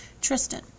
Tristan